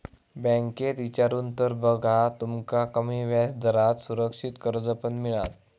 बँकेत इचारून तर बघा, तुमका कमी व्याजदरात सुरक्षित कर्ज पण मिळात